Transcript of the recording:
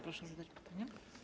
Proszę zadać pytanie.